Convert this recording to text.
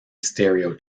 stereo